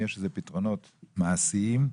אם ישנם פתרונות מעשיים.